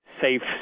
safe